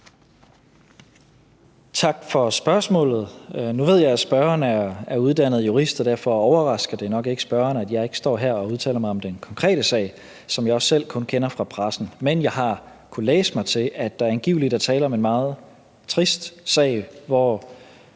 Tak for spørgsmålet. Nu ved jeg, at spørgeren er uddannet jurist, og derfor overrasker det nok ikke spørgeren, at jeg ikke står her og udtaler mig om den konkrete sag, som jeg også selv kun kender fra pressen. Men jeg har kunnet læse mig til, at der angiveligt er tale om en meget trist sag, hvor